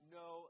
no